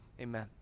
amen